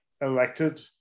elected